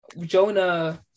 Jonah